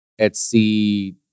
Etsy